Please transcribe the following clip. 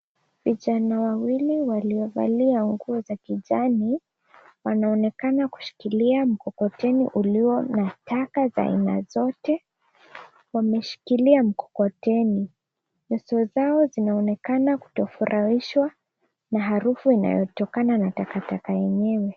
Vijana wawili waliovalia nguo za kijani wanaonekana kushikilia mkokoteni ulio na taka za aina zote. Wameshikilia mkokoteni. Nyuso zao zinaonekana kutofurahishwa na harufu inayotokana na takataka yenyewe.